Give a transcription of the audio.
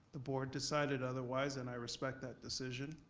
the board decided otherwise and i respect that decision.